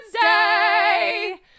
Day